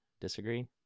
Disagree